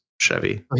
Chevy